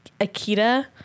Akita